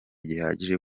gihagije